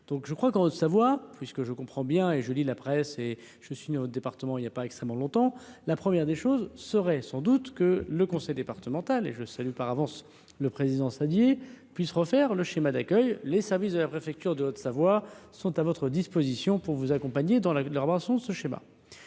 donc je crois qu'on savoir puisque je comprends bien, et je lis la presse et je suis au département, il n'y a pas extrêmement longtemps la première des choses serait sans doute que le conseil départemental et je salue par avance le président ça puisse refaire le schéma d'accueil, les services de la préfecture de Haute-Savoie sont à votre disposition pour vous accompagner dans leurs ce schéma.